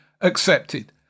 Accepted